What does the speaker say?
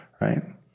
right